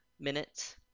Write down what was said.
minutes